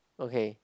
okay